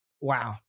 Wow